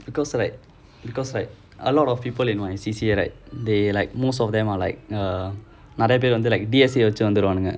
because like because like a lot of people in my C_C_A right they like most of them are like err நெறய பேரு வந்து:neraya peru vanthu D_S_A வெச்சி வந்துடுவாங்க:vechi vanthuduvaanga